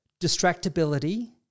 distractibility